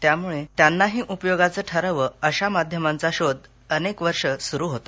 त्यामुळे त्यांनाही उपयोगाचं ठरावं अशा माध्यमाचा शोध अनेक वर्ष सुरू होता